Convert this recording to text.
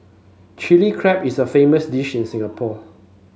Chilli Crab is a famous dish in Singapore